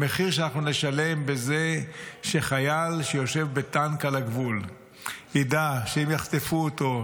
המחיר שאנחנו נשלם על זה שחייל שיושב בטנק על הגבול ידע שאם יחטפו אותו,